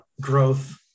growth